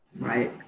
Right